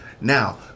Now